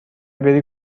بری